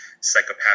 psychopathic